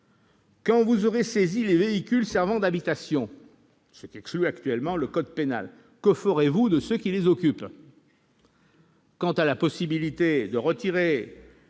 Quand vous aurez saisi les véhicules servant d'habitations, ce qu'exclut actuellement le code pénal, que ferez-vous des gens qui les occupent ?